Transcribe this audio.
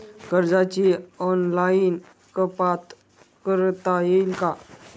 कर्जाची ऑनलाईन कपात करता येईल का?